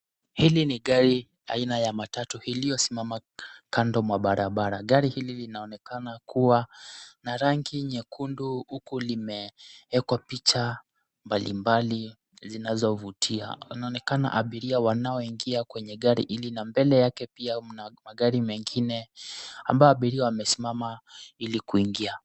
Hili ni gari aina ya matatu iliyosimama kando mwa barabara. Gari hili linaonekana kuwa na rangi nyekundu huku limewekwa picha mbalimbali zinazovutia. Inaonekana abiria wanaoingia kwenye gari hili na mbele pia kuna magari mengine ambayo abiria wamesimama ili kuingia.